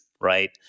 right